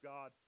God